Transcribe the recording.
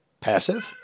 passive